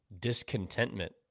discontentment